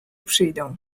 przyjdą